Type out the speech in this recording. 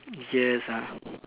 yes ah